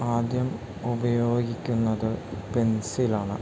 ആദ്യം ഉപയോഗിക്കുന്നത് പെൻസിൽ ആണ്